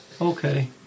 okay